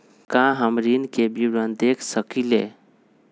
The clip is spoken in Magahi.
का हम ऋण के विवरण देख सकइले?